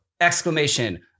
exclamation